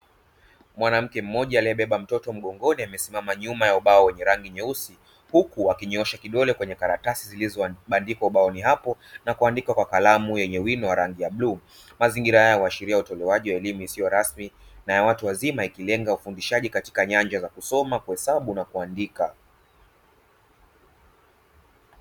Mwanamke mmoja aliyebeba mtoto mgongoni amesimama ubao wenye rangi nyeusi huku akinyoosha kidole kwenye karatasi zilizobandikwa kwenye ubao hapo na kuandika kwa kalamu yenye wino wa rangi ya bluu. Mazingira haya huashiria utoaji wa elimu isiyo rasmi na ya watu wazima ikilenga ufundishaji katika nyanja za kusoma, kuhesabu na kuandika.